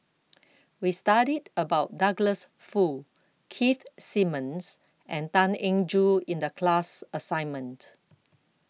We studied about Douglas Foo Keith Simmons and Tan Eng Joo in The class assignment